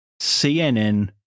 CNN